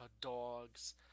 dogs